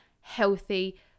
healthy